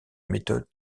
méthode